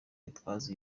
gitwaza